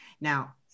now